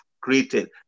created